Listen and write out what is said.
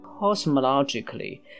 Cosmologically